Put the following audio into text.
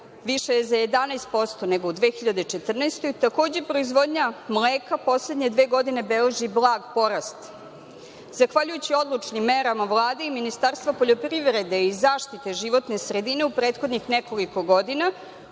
viša je za 11% nego u 2014. godini. Takođe, proizvodnja mleka u poslednje dve godine beleži blag porast. Zahvaljujući odlučnim merama Vlade i Ministarstva poljoprivrede i zaštite životne sredine, u prethodnih nekoliko godina